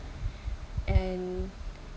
and